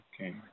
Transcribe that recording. Okay